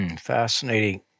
Fascinating